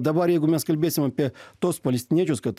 dabar jeigu mes kalbėsim apie tuos palestiniečius kad